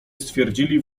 stwierdzili